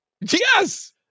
Yes